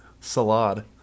Salad